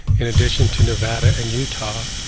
in addition to nevada and utah,